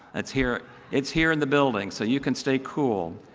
it's here it's here in the building. so you can stay cool.